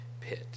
pit